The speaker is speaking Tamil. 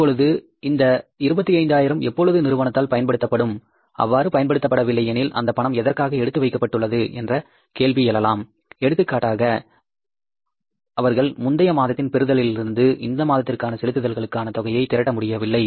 இப்பொழுது இந்த இருபத்தைந்தாயிரம் எப்பொழுது நிறுவனத்தால் பயன்படுத்தப்படும் அவ்வாறு பயன்படுத்தப்பட வில்லை எனில் அந்தப் பணம் எதற்காக எடுத்து வைக்கப்பட்டுள்ளது என்ற கேள்வி எழலாம் எடுத்துக்காட்டாக ஆனால் அவர்களால் முந்தைய மாதத்தில் பெறுதல்களிலிருந்து இந்த மாதத்திற்க்கான செலுத்துதல்களுக்கான தொகையை திரட்ட முடியவில்லை